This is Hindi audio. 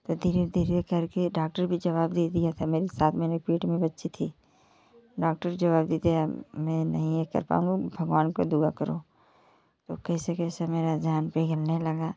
तो धीरे धीरे करके डॉक्टर भी जवाब दे दिया था मेरे साथ मेरे पेट में बच्ची थी डॉक्टर जवाब दे दिया मैं नहीं ये कर पाऊँगा भगवान को दुआ करो तो कैसे कैसे मेरा जान पे गिरने लगा